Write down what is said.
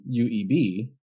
UEB